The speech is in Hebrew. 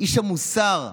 איש המוסר,